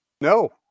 No